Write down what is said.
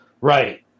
Right